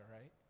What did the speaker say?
right